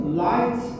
light